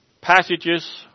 passages